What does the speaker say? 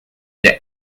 the